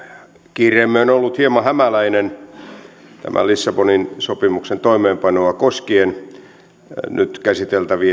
kiireemme on ollut hieman hämäläinen tämän lissabonin sopimuksen toimeenpanoa koskien nyt käsiteltäviä